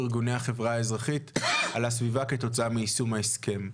ארגוני החברה האזרחית על הסביבה כתוצאה מיישום ההסכם.